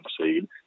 seed